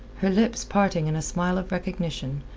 her lips parting in a smile of recognition,